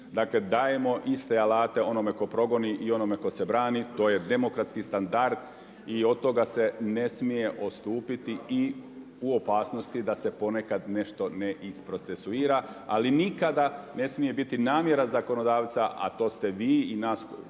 dakle dajemo iste alate onome tko progoni i onome tko se brani, to je demokratski standard i od toga se ne smije odstupiti i u opasnosti da se ponekad nešto ne isprocesuira. Ali nikada ne smije biti namjera zakonodavca a to ste vi i nas koji